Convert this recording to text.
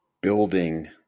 building